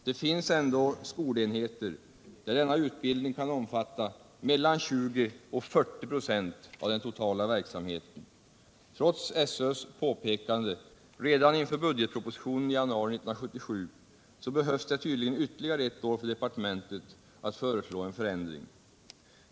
Det finns ändå skolenheter, där denna utbildning kan omfatta mellan 20 och 40 26 av den totala verksamheten. Trots SÖ:s påpekande redan inför budgetpropositionen i januari 1977 så behövs det tydligen ytterligare ett år för departementet att föreslå en förändring.